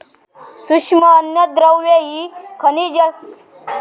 सूक्ष्म अन्नद्रव्य ही जीवनसत्वा आणि खनिजा असतत ज्यांची शरीराक लय कमी प्रमाणात गरज असता